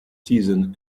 season